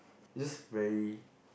is just very